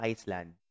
Iceland